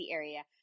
area